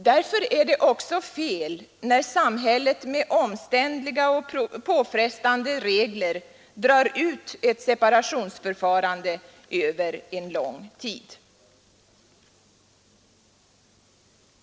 Därför är det så fel när samhället med omständliga och påfrestande regler drar ut ett separationsförfarande över en lång tid.